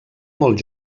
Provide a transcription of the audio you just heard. molt